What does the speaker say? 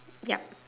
ya